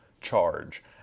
charge